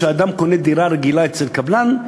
כשאדם קונה דירה רגילה אצל קבלן,